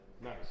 Nice